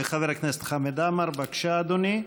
חבר הכנסת חמד עמאר, בבקשה, אדוני.